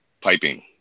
piping